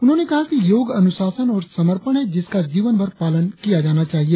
उन्होंने कहा कि योग अनुशासन और समर्पण है जिसका जीवनभर पालन किया जाना चाहिए